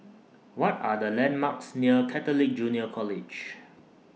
What Are The landmarks near Catholic Junior College